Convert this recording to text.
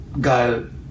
go